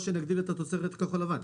או שנגדיל את התוצרת כחול-לבן.